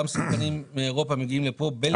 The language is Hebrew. גם שחקנים מאירופה מגיעים לפה.